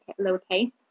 lowercase